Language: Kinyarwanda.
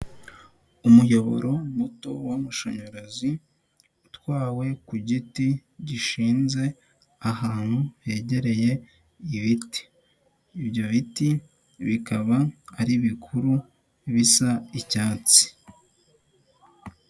Umuyoboro muto w'amashanyarazi utwawe ku giti gishinze, ahantu hegereye ibiti, ibyo biti bikaba ari bikuru bisa icyatsi.